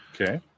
Okay